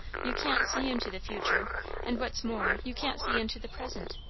you can't see into the futur' and what's more, you can't see into the present.